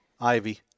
Ivy